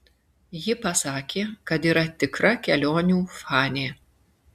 ji pasakė kad yra tikra kelionių fanė